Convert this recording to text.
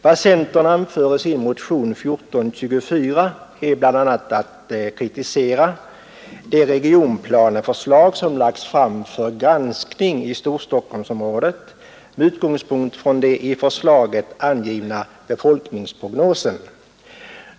Vad centern anför i sin motion 1424 är bl.a. kritik av det regionplaneförslag som lagts fram för granskning i Storstockholmsområdet med utgångspunkt från den i förslaget angivna befolkningsprognosen.